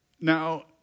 Now